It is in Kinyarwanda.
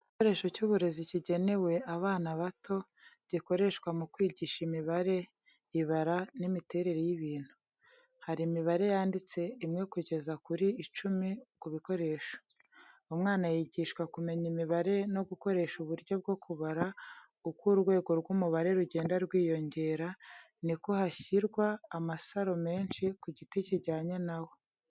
Igikoresho cy’uburezi kigenewe abana bato, gikoreshwa mu kwigisha imibare, ibara, n’imiterere y’ibintu. Hari imibare yanditse 1 kugeza kuri 10 ku bikoresho. umwana yigishwa kumenya imibare no gukoresha uburyo bwo kubara uko urwego rw’umubare rugenda rwiyongera, niko hashyirwa amasaro menshi ku giti kijyanye na wo.